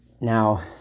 Now